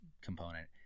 component